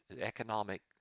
economic